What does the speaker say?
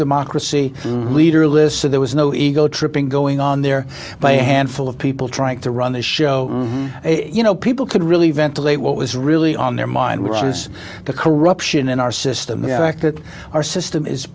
democracy leader listen there was no ego tripping going on there by a handful of people trying to run the show you know people could really ventilate what was really on their mind which is the corruption in our system that our system is